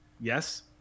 Yes